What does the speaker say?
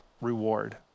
reward